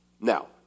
Now